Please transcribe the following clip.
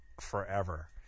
forever